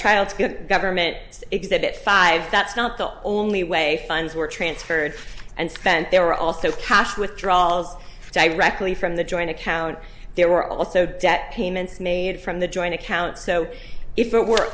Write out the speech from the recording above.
get government exhibit five that's not the only way funds were transferred and spent there were also cash withdrawals directly from the joint account there were also debt payments made from the joint account so if it were